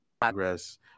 progress